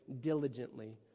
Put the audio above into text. diligently